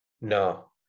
No